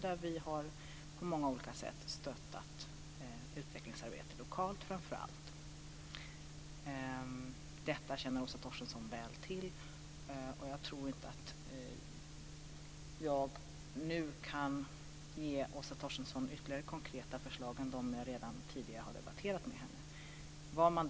Där har vi på många olika sätt stöttat framför allt lokalt utvecklingsarbete. Detta känner Åsa Torstensson väl till. Jag tror inte att jag nu kan ge Åsa Torstensson några ytterligare konkreta förslag än dem jag redan tidigare har debatterat med henne.